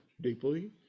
deeply